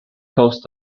cost